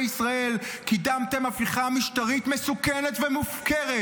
ישראל קידמתם הפיכה משטרית מסוכנת ומופקרת.